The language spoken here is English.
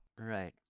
Right